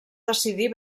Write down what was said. decidir